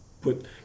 put